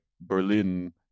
Berlin